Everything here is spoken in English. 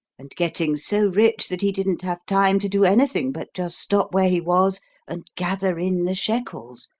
and getting so rich that he didn't have time to do anything but just stop where he was and gather in the shekels